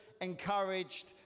encouraged